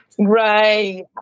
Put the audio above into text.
Right